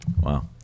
Wow